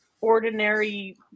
ordinary